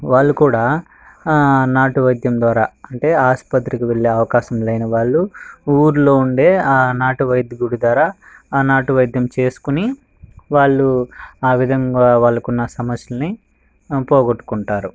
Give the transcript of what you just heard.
వాళ్ళు కూడా ఆ నాటువైద్యం ద్వారా అంటే ఆసుపత్రికి వెళ్ళే అవకాశం లేనివాళ్ళు ఊర్లో ఉండే ఆ నాటువైద్యుడి ద్వారా ఆ నాటువైద్యం చేసుకొని వాళ్ళు ఆ విధంగా వాళ్ళకున్న సమస్యలని పోగొట్టుకుంటారు